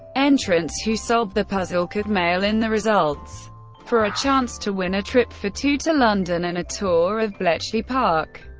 entrants who solved the puzzle could mail in their results for a chance to win a trip for two to london and a tour of bletchley park.